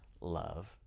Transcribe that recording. love